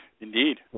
Indeed